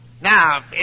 Now